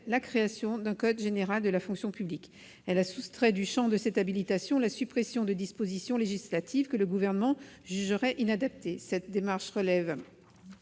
la création d'un code général de la fonction publique. Elle a retiré du champ de cette habilitation la suppression de dispositions législatives que le Gouvernement jugerait inadaptées. En effet, cette démarche relève